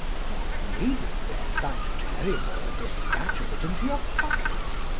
what needed then that terrible dispatch of it into your pocket?